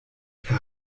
per